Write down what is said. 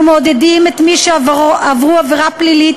אנחנו מעודדים את מי שעברו עבירה פלילית